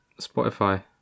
Spotify